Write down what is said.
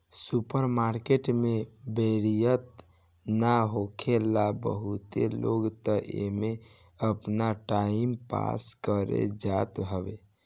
super market में बोरियत ना होखेला बहुते लोग तअ एमे आपन टाइम पास करे जात हवे